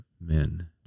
men